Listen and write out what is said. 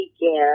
began